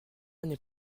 n’est